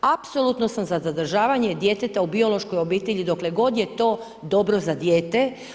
Apsolutno sam za zadržavanje djeteta u biološkoj obitelji, dokle god je to dobro za dijete.